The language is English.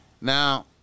Now